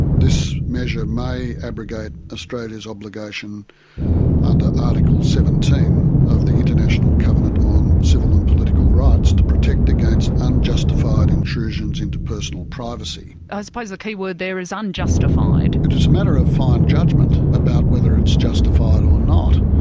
this measure may abrogate australia's obligation under article seventeen of the international covenant on civil and political rights to protect against unjustified intrusions into personal privacy. i suppose the key word there is unjustified. it is a matter of fine judgement about whether it's justified or not.